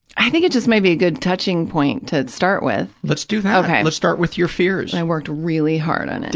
i think it just might be a good touching point to start with. let's do that. okay. let's start with your fears. i worked really hard on it.